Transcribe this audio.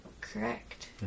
Correct